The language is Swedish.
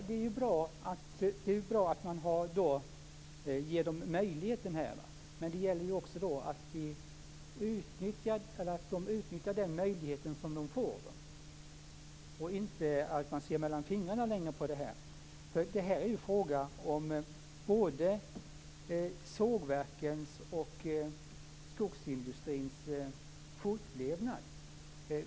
Herr talman! Det är bra att man ger dem den möjligheten. Men det gäller också då att de utnyttjar den möjlighet som de får och att man inte längre ser mellan fingrarna på detta, för det här är ju fråga om både sågverkens och skogsindustrins fortlevnad.